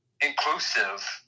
inclusive